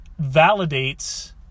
validates